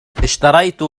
اشتريت